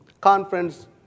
conference